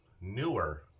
newer